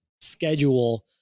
schedule